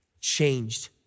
changed